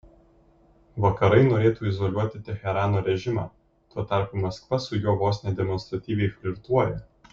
vakarai norėtų izoliuoti teherano režimą tuo tarpu maskva su juo vos ne demonstratyviai flirtuoja